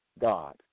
God